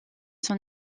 son